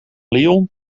lyon